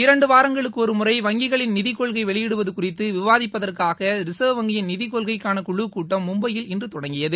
இரண்டு வாரங்களுக்கு ஒருமுறை வங்கிகளின் நிதிக்கொள்கை வெளியிடுவது குறித்து விவாதிப்பதற்காக ரிசர்வ் வங்கியின் நிதிக்கொள்கைக்கான குழுக்கூட்டம் மும்பையில் இன்று தொடங்கியது